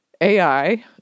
AI